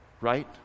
Right